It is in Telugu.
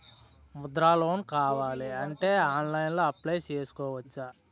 ముద్రా లోన్ కావాలి అంటే ఆన్లైన్లో అప్లయ్ చేసుకోవచ్చా?